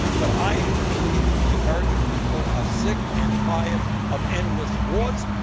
but i believe the american people are sick and tired of end less wars,